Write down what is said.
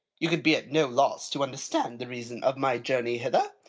you can be at no loss to understand the reason of my journey hither.